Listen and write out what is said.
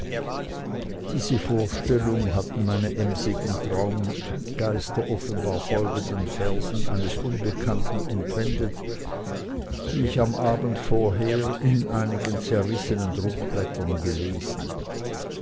diese vorstellung hatten meine emsigen traumgeister offenbar folgenden versen eines unbekannten entwendet die ich am abend vorher in einigen zerrissenen druckblättern gelesen